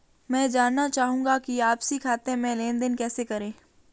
मैं जानना चाहूँगा कि आपसी खाते में लेनदेन कैसे करें?